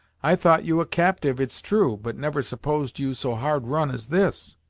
i thought you a captyve it's true, but never supposed you so hard run as this!